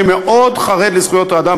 שמאוד חרד לזכויות האדם,